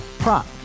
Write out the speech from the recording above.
Prop